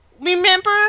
remember